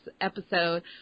episode